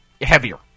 heavier